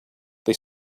they